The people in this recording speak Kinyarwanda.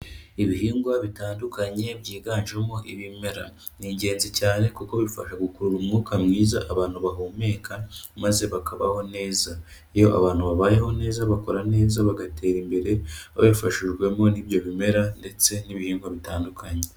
Ibihingwa bitandukanye byiganjemo ibimera, ni ingenzi cyane kuko bifasha gukurura umwuka mwiza abantu bahumeka maze bakabaho neza, iyo abantu babayeho neza bakora neza bagatera imbere, babifashijwemo n'ibyo bimera ndetse n'ibihingwa bitandukanye.